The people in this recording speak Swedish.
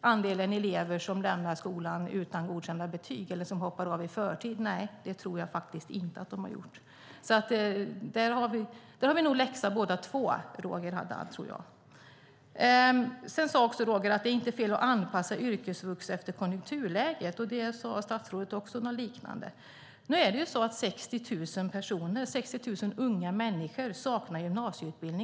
andelen elever som lämnar skolan utan godkända betyg eller hoppar av i förtid minskat? Nej, det tror jag inte att det har. Där har vi nog en läxa att lära, både Roger Haddad och jag. Vidare sade Roger Haddad att det inte är fel att anpassa yrkesvux efter konjunkturläget, och statsrådet sade något liknande. I dag saknar 60 000 unga människor i Sverige gymnasieutbildning.